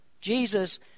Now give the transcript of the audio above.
Jesus